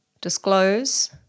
disclose